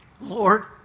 Lord